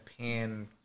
pan-